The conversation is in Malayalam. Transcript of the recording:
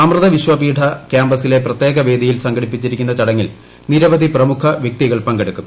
അമൃത വിശ്വവിദ്യാപീഠ ക്യാമ്പസിലെ പ്രത്യേക വേദിയിൽ സംഘടിപ്പിച്ചിരിക്കുന്ന ചടങ്ങിൽ നിരവധി പ്രമുഖ വ്യക്തികൾ പങ്കെടുക്കും